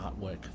artwork